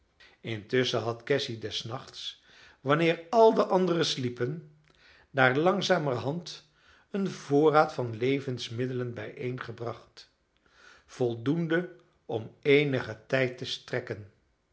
intusschen had cassy des nachts wanneer al de anderen sliepen daar langzamerhand een voorraad van levensmiddelen bijeengebracht voldoende om eenigen tijd te strekken